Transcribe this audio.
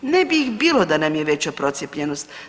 Ne bi ih bilo da nam je veća procijepljenost.